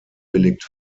willigt